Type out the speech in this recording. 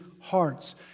hearts